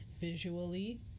visually